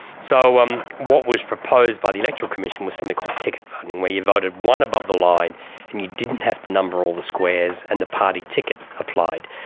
so, um what was proposed by the electoral commission was something called ticket voting where you voted one above the line and you didn't have to number all the squares and the party ticket applied.